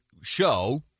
show –